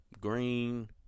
green